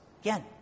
Again